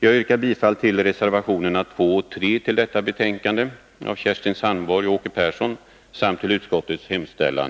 Jag yrkar bifall till reservationerna 2 och 3 av Kerstin Sandborg och Åke Persson samt i övrigt till utskottets hemställan.